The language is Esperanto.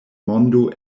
mondo